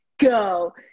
go